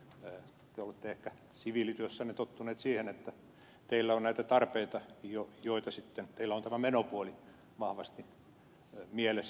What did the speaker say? te olette ehkä siviilityössänne tottunut siihen että teillä on näitä tarpeita joten teillä on tämä menopuoli vahvasti mielessä